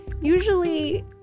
usually